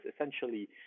essentially